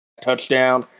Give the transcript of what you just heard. touchdown